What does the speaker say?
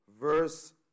verse